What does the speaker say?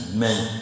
men